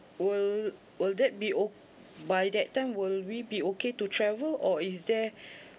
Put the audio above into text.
will will that be ok~ by that time will we be okay to travel or is there